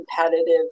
competitive